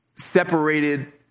Separated